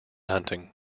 hunting